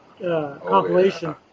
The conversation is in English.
Compilation